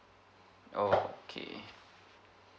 orh okay